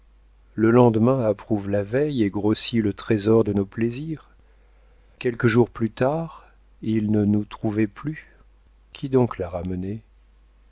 le lendemain approuve la veille et grossit le trésor de nos plaisirs quelques jours plus tard il ne nous trouvait plus qui donc l'a ramené